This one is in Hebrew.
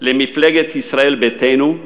למפלגת ישראל ביתנו,